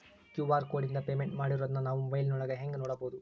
QR ಕೋಡಿಂದ payment ಮಾಡಿರೋದನ್ನ ನಾವು ಮೊಬೈಲಿನೊಳಗ ಹೆಂಗ ನೋಡಬಹುದು?